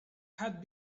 had